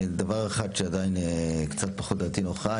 דבר אחד שעדיין קצת פחות דעתי נוחה,